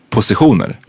positioner